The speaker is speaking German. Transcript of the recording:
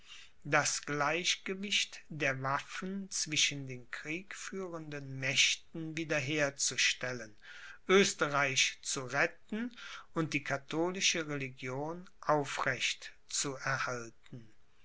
das gleichgewicht der waffen zwischen den kriegführenden mächten wiederherzustellen oesterreich zu retten und die katholische religion aufrecht zu erhalten